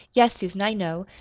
yes, susan, i know.